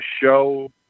show